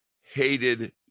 hated